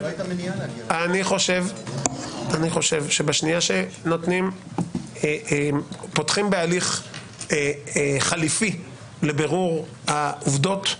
אני חושב שבשנייה שפותחים בהליך חליפי לבירור העובדות,